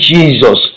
Jesus